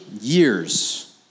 years